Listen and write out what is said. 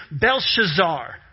Belshazzar